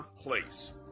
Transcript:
place